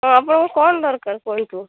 ହଁ ଆପଣଙ୍କର କ'ଣ ଦରକାର କୁହନ୍ତୁ